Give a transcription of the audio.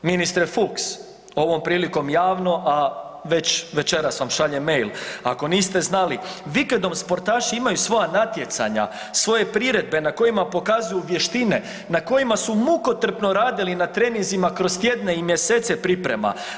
Ministre Fuchs ovom prilikom javno, a već večeras vam šaljem mail, ako niste znali vikendom sportaši imaju svoja natjecanja, svoje priredbe na kojima pokazuju vještine, na kojima su mukotrpno radili na treninzima kroz tjedne i mjesec priprema.